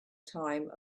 time